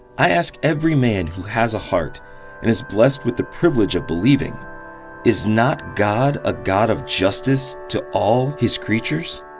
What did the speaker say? i ask every man who has a heart, and is blessed with the privilege of believing is not god a god of justice to all his creatures?